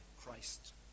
Christ